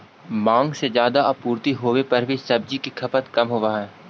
माँग से ज्यादा आपूर्ति होवे पर भी सब्जि के खपत कम होवऽ हइ